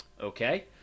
okay